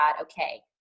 okay